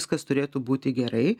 viskas turėtų būti gerai